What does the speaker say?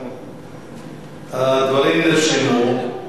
הדברים נרשמו.